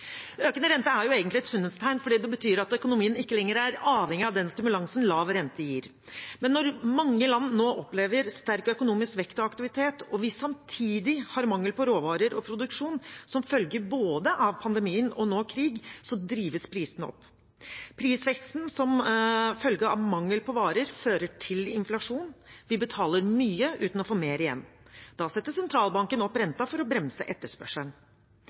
Økende rente er egentlig et sunnhetstegn, for det betyr at økonomien ikke lenger er avhengig av den stimulansen lav rente gir. Men når mange land nå opplever sterk økonomisk vekst og aktivitet og vi samtidig har mangel på råvarer og produksjon, som følge av både pandemien og nå krig, drives prisene opp. Prisveksten som følger av mangel på varer, fører til inflasjon. Vi betaler mye uten å få mer igjen. Da setter Sentralbanken opp renten for å bremse etterspørselen.